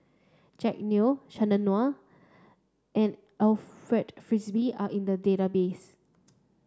Jack Neo Chandran Nair and Alfred Frisby are in the database